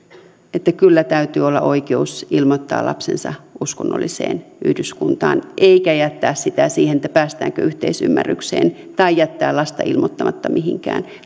että kyllä täytyy olla oikeus ilmoittaa lapsensa uskonnolliseen yhdyskuntaan eikä jättää sitä siihen että päästäänkö yhteisymmärrykseen tai jättää lasta ilmoittamatta mihinkään